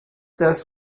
das